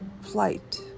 flight